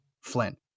Flynn